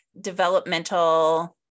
developmental